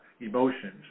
emotions